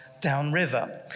downriver